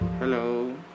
hello